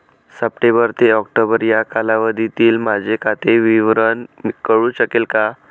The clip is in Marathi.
सप्टेंबर ते ऑक्टोबर या कालावधीतील माझे खाते विवरण कळू शकेल का?